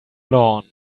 lawn